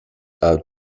are